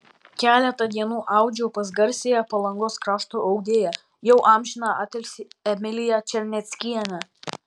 keletą dienų audžiau pas garsiąją palangos krašto audėją jau amžinatilsį emiliją černeckienę